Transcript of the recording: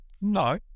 No